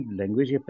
language